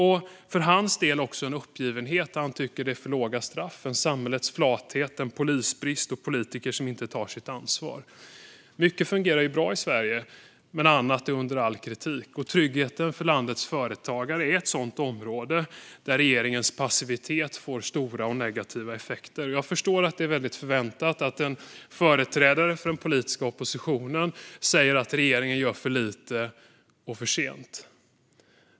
Han upplever också en uppgivenhet; han tycker att det handlar om för låga straff, ett samhällets flathet, polisbrist och politiker som inte tar sitt ansvar. Mycket fungerar bra i Sverige. Annat är under all kritik. Tryggheten för landets företagare är ett sådant område där regeringens passivitet får stora och negativa effekter. Jag förstår att det är förväntat att en företrädare för den politiska oppositionen ska säga att regeringen gör för lite och för sent.